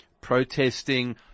protesting